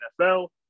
NFL